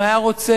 אם הוא היה רוצה,